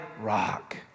rock